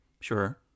sure